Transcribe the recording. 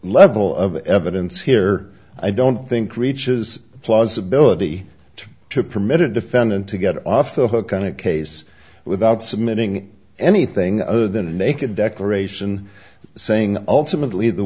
level of evidence here i don't think reaches the plausibility to permit a defendant to get off the hook on a case without submitting anything other than a naked declaration saying ultimately the